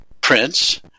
Prince